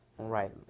Right